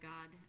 God